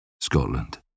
Scotland